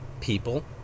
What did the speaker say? people